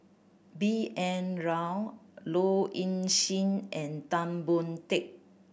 B N Rao Low Ing Sing and Tan Boon Teik